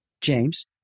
James